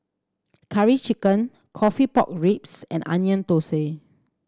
Curry Chicken coffee pork ribs and Onion Thosai